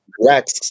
rex